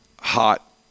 hot